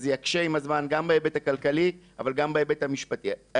זה יקשה עם הזמן גם בהיבט הכלכלי אבל גם בהיבט החברתי.